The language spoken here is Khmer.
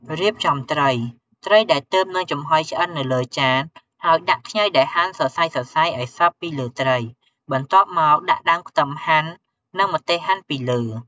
រៀបចំត្រីត្រីដែលទើបនឹងចំហុយឆ្អិននៅលើចាន ហើយដាក់ខ្ញីដែលហាន់សរសៃៗឲ្យសព្វពីលើត្រី បន្ទាប់មកដាក់ដើមខ្ទឹមហាន់ និង ម្ទេសហាន់ ពីលើ។